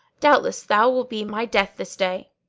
doubtless thou wilt be my death this day!